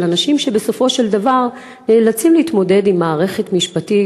אנשים שבסופו של דבר נאלצים להתמודד עם מערכת משפטית,